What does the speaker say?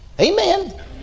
Amen